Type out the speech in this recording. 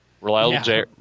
Reliable